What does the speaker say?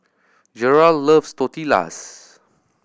Gerald loves Tortillas